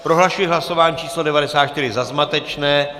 Prohlašuji hlasování číslo 94 za zmatečné.